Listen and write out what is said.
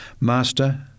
Master